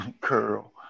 curl